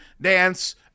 dance